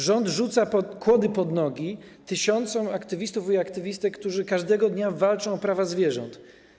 Rząd rzuca kłody pod nogi tysiącom aktywistów i aktywistek, którzy każdego dnia walczą o prawa zwierząt.